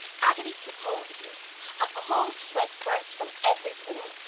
agony took hold of me a cold sweat burst from every pore.